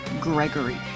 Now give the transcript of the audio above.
Gregory